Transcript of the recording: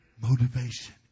motivation